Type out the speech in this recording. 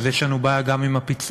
אז יש לנו בעיה גם עם הפיצול.